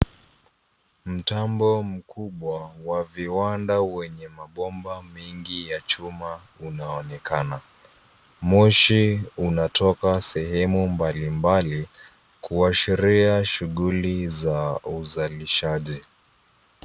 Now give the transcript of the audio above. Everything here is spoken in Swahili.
Mtambo mkubwa wa viwanda wenye mabomba mingi ya chuma unaonekana. Moshi unatoka sehemu mbalimbali kuashiria shuguli za uzalishaji.